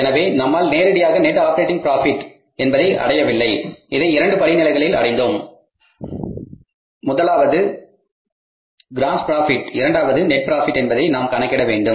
எனவே நம்மால் நேரடியாக நெட் ஆப்பரேட்டிங் ப்ராபிட் என்பதை அடையவில்லை அதை இரண்டு படிநிலைகளில் அடைந்தோம் முதலாவது க்ராஸ் ப்ராபிட் இரண்டாவது நெட் ப்ராபிட் என்பதை நாம் கணக்கிட வேண்டும்